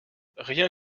rien